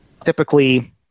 Typically